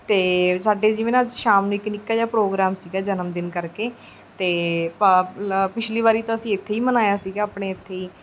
ਅਤੇ ਸਾਡੇ ਜਿਵੇਂ ਨਾ ਸ਼ਾਮ ਨੂੰ ਇੱਕ ਨਿੱਕਾ ਜਿਹਾ ਪ੍ਰੋਗਰਾਮ ਸੀਗਾ ਜਨਮਦਿਨ ਕਰਕੇ ਅਤੇ ਪ ਲ ਪਿਛਲੀ ਵਾਰੀ ਤਾਂ ਅਸੀਂ ਇੱਥੇ ਹੀ ਮਨਾਇਆ ਸੀਗਾ ਆਪਣੇ ਇੱਥੇ ਹੀ